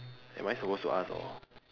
am I suppose to ask or